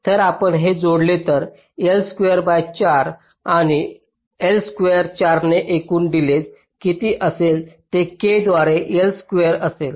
जर आपण हे जोडले तर L स्क्वेअर बाय 4 आणि एल स्क्वेअर 4 ने एकूण डिलेज किती असेल ते के द्वारा L स्क्वेअर असेल